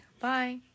Bye